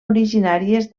originàries